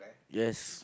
yes